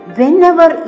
whenever